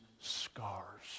scars